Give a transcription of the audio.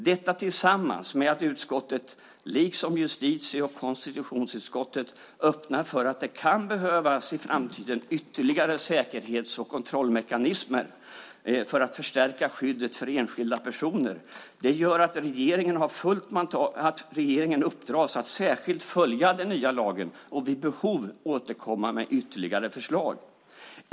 Detta tillsammans med att utskottet liksom justitie och konstitutionsutskottet öppnar för att det i framtiden kan behövas ytterligare säkerhets och kontrollmekanismer för att förstärka skyddet för enskilda personer gör att regeringen har fullt mandat och uppdras att särskilt följa den nya lagen och vid behov återkomma med ytterligare förslag.